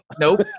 Nope